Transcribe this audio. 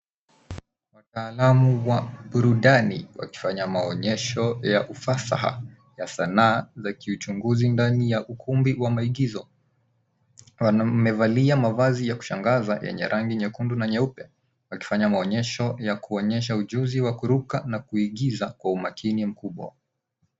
Wataalamu wa burudani wakifanya maonyesho ya ufasaha ya sanaa ya kiuchunguzi ndani ya ukumbi wa maigizo. Wamevalia mavazi ya kushangaza yenye rangi nyekundu na nyeupe wakifanya maonyesho ya kuonyesha ujuzi wa kuruka na kuigiza kwa umakini mkubwa.